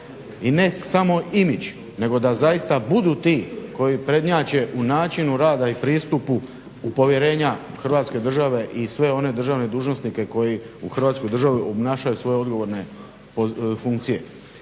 i ne samo imidž nego da zaista budu ti koji prednjače u načinu rada i pristupu povjerenja Hrvatske države i sve one državne dužnosnike koji u Hrvatskoj državi obnašaju svoje odgovorne funkcije.